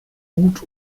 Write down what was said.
gut